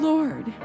Lord